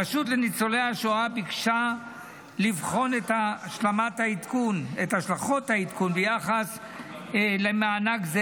הרשות לניצולי השואה ביקשה לבחון את השלכות העדכון ביחס למענק זה,